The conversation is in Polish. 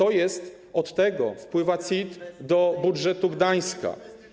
Od tego wpływa CIT do budżetu Gdańska.